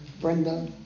Brenda